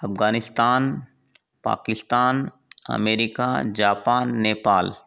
Afghanistan Pakistan America Japan Nepal